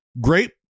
Great